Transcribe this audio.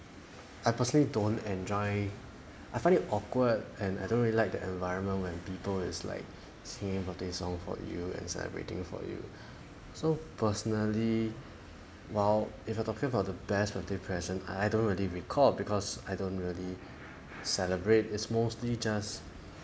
I personally don't enjoy I found it awkward and I don't really like the environment when people is like singing birthday song for you and celebrating for you so personally while if you talking about the best birthday present I don't really recall because I don't really celebrate its mostly just